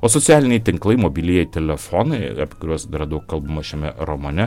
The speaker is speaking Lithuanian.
o socialiniai tinklai mobilieji telefonai apie kuriuos dar daug kalbama šiame romane